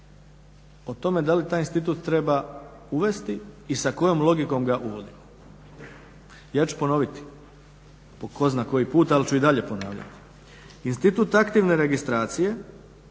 o tome da li taj institut treba uvesti i sa kojom logikom ga uvodimo. Ja ću ponoviti po tko zna koji put ali ću i dalje ponavljati, institut aktivne registracije